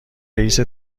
رئیس